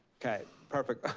okay, perfect.